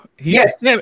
Yes